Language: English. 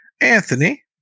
Anthony